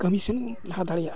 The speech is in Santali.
ᱠᱟᱹᱢᱤ ᱥᱮᱫᱵᱚᱱ ᱞᱟᱦᱟ ᱫᱟᱲᱮᱭᱟᱜᱼᱟ